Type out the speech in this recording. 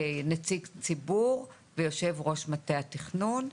נציג ציבור ויושב ראש מטה התכנון.